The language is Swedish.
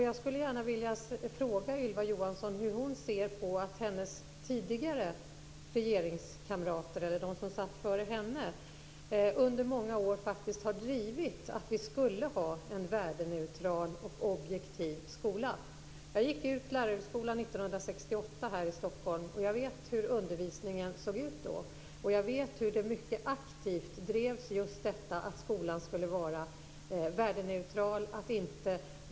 Jag skulle gärna vilja fråga Ylva Johansson hur hon ser på att de som satt i regeringen före henne under många år faktiskt drev att vi skulle ha en värdeneutral och objektiv skola. Jag gick ut Lärarhögskolan 1968 här i Stockholm, och jag vet hur undervisningen såg ut då. Just detta att skolan skulle vara värdeneutral drevs mycket aktivt.